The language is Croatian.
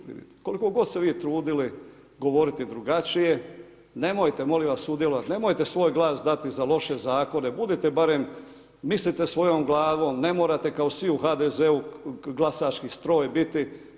Koliko god se vi trudili govoriti drugačije, nemojte molim vas sudjelovat, nemojte svoj glas dati za loše zakone, budite barem, mislite svojom glavom, ne morate kao svi u HDZ-u glasački stroj biti.